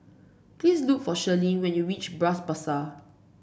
please look for Sherlyn when you reach Bras Basah